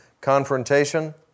confrontation